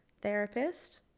therapist